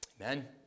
Amen